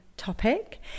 topic